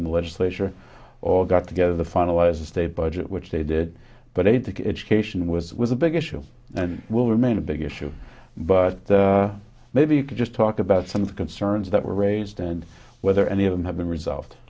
in the legislature all got together to finalize a state budget which they did but i don't think education was was a big issue and it will remain a big issue but maybe you can just talk about some of the concerns that were raised and whether any of them have been resolved